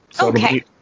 Okay